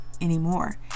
anymore